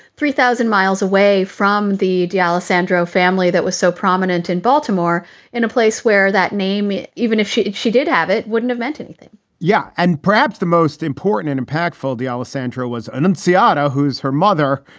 three thousand miles away from the d'allesandro family that was so prominent in baltimore in a place where that name, even if she she did have it, wouldn't have meant anything yeah. and perhaps the most important and impactful, the alesandro was an um ziada who's her mother,